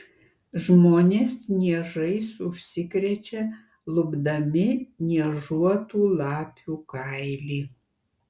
žmonės niežais užsikrečia lupdami niežuotų lapių kailį